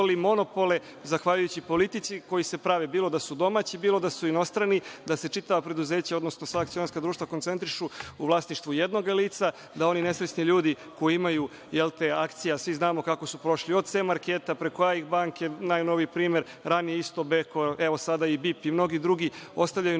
monopole zahvaljujući politici koji se prave, bilo da su domaći, bilo da se inostrani, da se čitava preduzeća, odnosno sva akcionarska društva koncentrišu u vlasništvu jednoga lica, da oni nesrećni ljudi koji imaju akcije, a svi znamo kako su prošli od „C marketa“, preko AIK banke, najnoviji primer, ranije isto BEKO, a evo sada i BIP i mnogi drugi, ostavljaju